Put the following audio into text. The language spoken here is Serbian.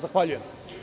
Zahvaljujem.